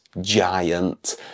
giant